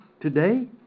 today